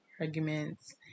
arguments